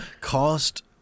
Cost